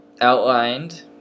Outlined